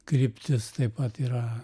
kryptis taip pat yra